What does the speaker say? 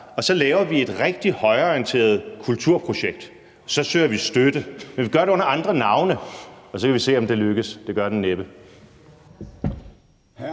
og lave et rigtig højreorienteret kulturprojekt. Så søger vi støtte, men vi gør det under andre navne, og så kan vi se, om det lykkes – det gør det næppe.